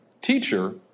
Teacher